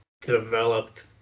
developed